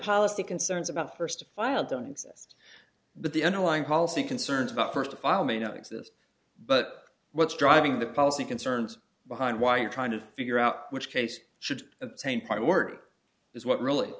policy concerns about first file don't exist but the underlying policy concerns about first file may not exist but what's driving the policy concerns behind why you're trying to figure out which case should obtain priority is what really